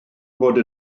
bod